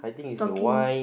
talking